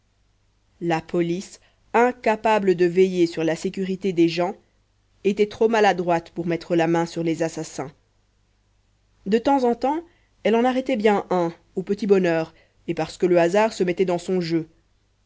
la police incapable de veiller sur la sécurité des gens était trop maladroite pour mettre la main sur les assassins de temps en temps elle en arrêtait bien un au petit bonheur et parce que le hasard se mettait dans son jeu